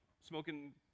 smoking